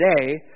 today